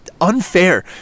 unfair